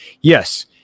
Yes